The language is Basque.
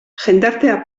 jendartea